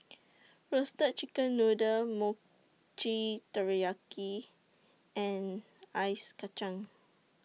Roasted Chicken Noodle Mochi Taiyaki and Ice Kachang